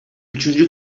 üçüncü